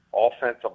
offensive